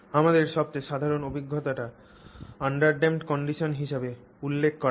আমাদের সবচেয়ে সাধারণ অভিজ্ঞতাটি আন্ডারড্যাম্পড অবস্থা হিসাবে উল্লেখ করা হয়